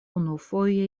unufoje